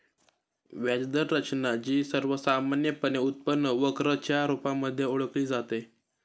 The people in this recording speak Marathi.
व्याज दर रचना, जी सर्वसामान्यपणे उत्पन्न वक्र च्या रुपामध्ये ओळखली जाते